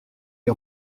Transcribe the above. les